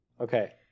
Okay